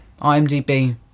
IMDb